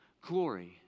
glory